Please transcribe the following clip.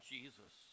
Jesus